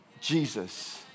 Jesus